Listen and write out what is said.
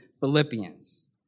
Philippians